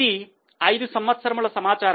ఇది ఐదు సంవత్సరములు సమాచారం